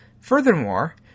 Furthermore